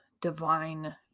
divine